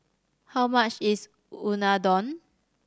how much is Unadon